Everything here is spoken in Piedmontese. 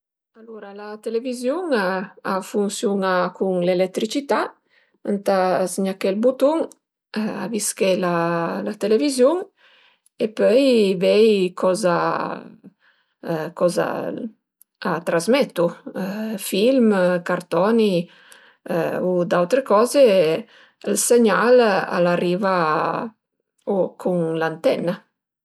Alura la televiziun a funsiun-a cun l'eletricità, ëntà zgnaché ël butun, avisché la televiziun e pöi vei coza coza a trasmetu, film, cartoni u d'autre coze, ël segnal al ariva u cun l'antenna